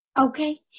Okay